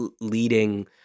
leading